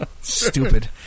Stupid